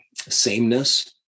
sameness